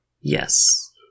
Yes